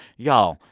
y'all,